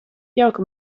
jauka